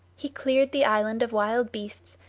he cleared the island of wild beasts,